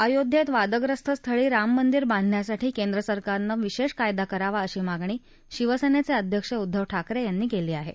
अयोध्या वादग्रस्त स्थळी राम मंदीर बांधण्यासाठी केंद्र सरकारनं विशा कायदा करावा अशी मागणी शिवसन्न अध्यक्ष उद्दव ठाकरविनी कली आहा